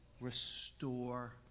Restore